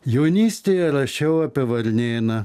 jaunystėje rašiau apie varnėną